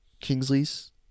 Kingsley's